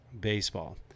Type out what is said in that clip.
baseball